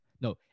No